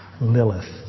Lilith